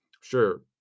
Sure